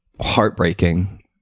heartbreaking